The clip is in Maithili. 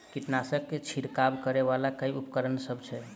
कीटनासक छिरकाब करै वला केँ उपकरण सब छै?